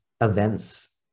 events